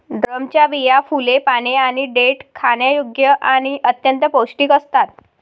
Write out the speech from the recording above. ड्रमच्या बिया, फुले, पाने आणि देठ खाण्यायोग्य आणि अत्यंत पौष्टिक असतात